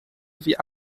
wie